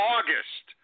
August